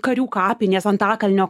karių kapinės antakalnio